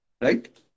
right